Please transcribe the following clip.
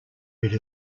rid